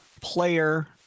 player